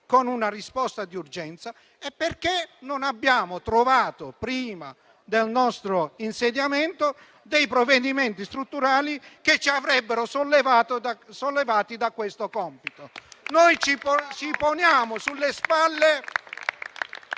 con una risposta di urgenza, è perché non abbiamo trovato prima del nostro insediamento dei provvedimenti strutturali che ci avrebbero sollevati da questo compito.